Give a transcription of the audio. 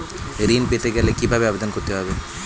ঋণ পেতে গেলে কিভাবে আবেদন করতে হবে?